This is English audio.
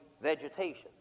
vegetation